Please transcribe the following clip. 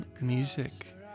Music